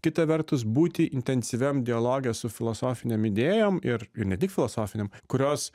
kita vertus būti intensyviam dialoge su filosofinėm idėjom ir ir ne tik filosofinėm kurios